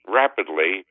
rapidly